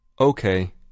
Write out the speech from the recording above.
Okay